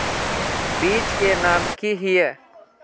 बीज के नाम की हिये?